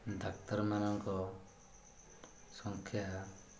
ଡ଼ାକ୍ତରମାନଙ୍କ ସଂଖ୍ୟା